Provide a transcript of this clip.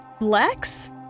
Lex